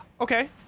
okay